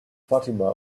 fatima